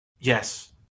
Yes